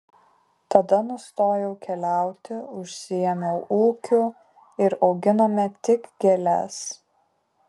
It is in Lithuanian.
tada nustojau keliauti užsiėmiau ūkiu ir auginome tik gėles